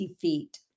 feet